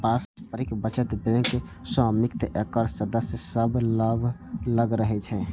पारस्परिक बचत बैंकक स्वामित्व एकर सदस्य सभ लग रहै छै